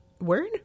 word